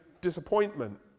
disappointment